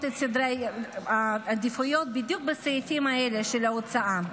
את סדרי עדיפויות בדיוק בסעיפים האלה של ההוצאה.